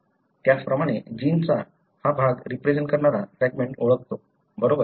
त्याचप्रमाणे जिनच्या हा भाग रिप्रेझेन्ट करणारा फ्रॅगमेंट ओळखतो बरोबर